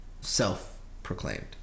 self-proclaimed